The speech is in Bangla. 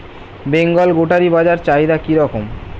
বেঙ্গল গোটারি বাজার চাহিদা কি রকম?